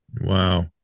Wow